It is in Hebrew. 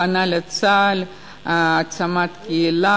הכנה לצה"ל, העצמת קהילה.